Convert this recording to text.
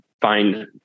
find